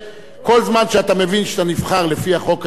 כל זמן שאתה מבין שאתה נבחר לפי החוק הישראלי.